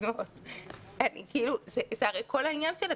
זה הרי כל העניין.